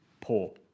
poor